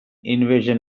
invasion